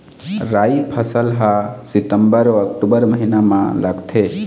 राई फसल हा सितंबर अऊ अक्टूबर महीना मा लगथे